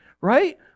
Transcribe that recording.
Right